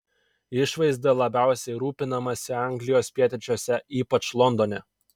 išvaizda labiausiai rūpinamasi anglijos pietryčiuose ypač londone